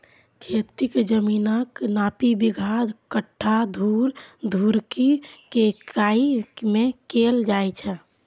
खेतीक जमीनक नापी बिगहा, कट्ठा, धूर, धुड़की के इकाइ मे कैल जाए छै